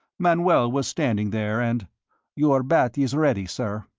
manoel was standing there, and your bath is ready, sir,